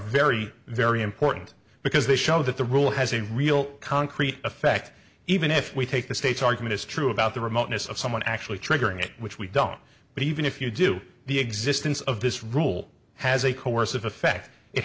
very very important because they show that the rule has a real concrete effect even if we take the state's argument is true about the remoteness of someone actually triggering it which we don't but even if you do the existence of this rule has a coercive effect it